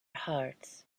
hearts